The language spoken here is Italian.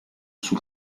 sul